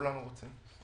כולנו רוצים.